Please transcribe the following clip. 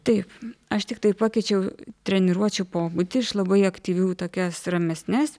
taip aš tiktai pakeičiau treniruočių pobūdį iš labai aktyvių į tokias ramesnes